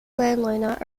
landowner